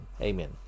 Amen